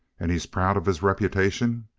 and he's proud of his reputation?